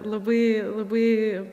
labai labai